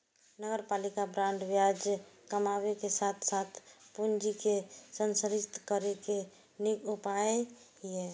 नगरपालिका बांड ब्याज कमाबै के साथ साथ पूंजी के संरक्षित करै के नीक उपाय छियै